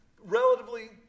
relatively